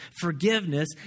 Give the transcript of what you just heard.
Forgiveness